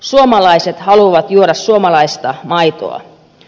suomalaiset haluavat juoda suomalaista maitoa